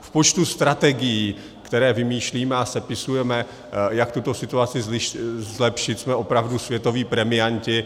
V počtu strategií, které vymýšlíme a sepisujeme, jak tuto situaci zlepšit, jsme opravdu světoví premianti.